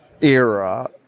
era